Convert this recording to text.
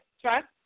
Trust